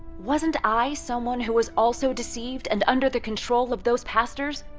wasn't i someone who was also deceived and under the control of those pastors,